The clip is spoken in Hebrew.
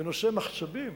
בנושאי מחצבים,